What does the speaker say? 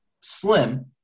slim